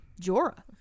Jorah